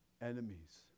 enemies